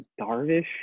Darvish